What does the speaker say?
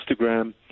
Instagram